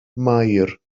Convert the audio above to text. maer